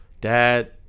dad